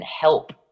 help